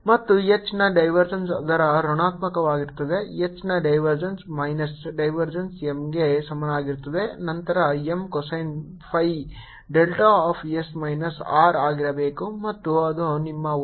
ಮತ್ತು H ನ divergence ಅದರ ಋಣಾತ್ಮಕವಾಗಿರುತ್ತದೆ H ನ ಡೈವರ್ಜೆನ್ಸ್ ಮೈನಸ್ ಡೈವರ್ಜೆನ್ಸ್ M ಗೆ ಸಮನಾಗಿರುತ್ತದೆ ನಂತರ M cosine of phi delta of S minus R ಆಗಿರಬೇಕು ಮತ್ತು ಅದು ನಿಮ್ಮ ಉತ್ತರ